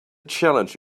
challenge